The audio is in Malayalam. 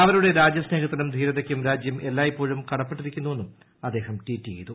അവരുടെ രാജ്യി സ്നേഹത്തിനും ധീരതയ്ക്കും രാജ്യം എല്ലായ്പ്പോഴും കടപ്പെട്ടിരീക്കുമെന്നും അദ്ദേഹം ട്വീറ്റ് ചെയ്തു